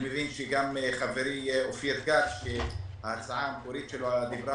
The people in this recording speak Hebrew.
אני מבין שגם חברי אופיר כץ ההצעה המקורית שלו דיברה